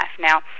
Now